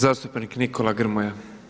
Zastupnik Nikola Grmoja.